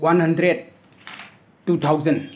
one hundred two thousand